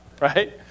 right